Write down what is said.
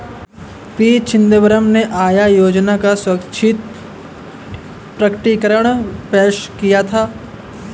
P Chidambaram ने आय योजना का स्वैच्छिक प्रकटीकरण पेश किया था